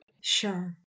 Sure